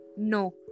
No